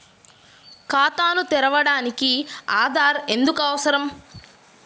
ఖాతాను తెరవడానికి ఆధార్ ఎందుకు అవసరం?